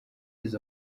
izo